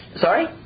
sorry